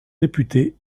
député